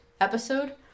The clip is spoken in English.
episode